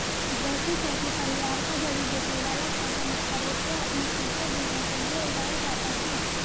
ब्रैसिसेकी परिवार का जड़ी बूटी वाला पौधा मुख्य रूप से अपने तीखे बीजों के लिए उगाया जाता है